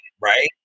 right